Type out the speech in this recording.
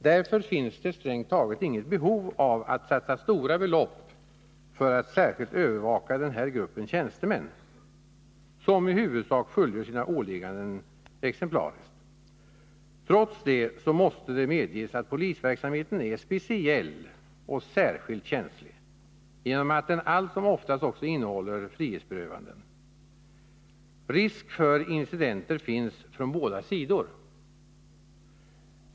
Därför finns det strängt taget inget behov av att satsa stora belopp för att särskilt övervaka den här gruppen tjänstemän, som, i huvudsak, fullgör sina åligganden exemplariskt. Trots detta måste det medges att polisverksamheten är speciell och särskilt känslig genom att den allt som oftast också innehåller frihetsberövanden. Risk för incidenter finns på båda sidor.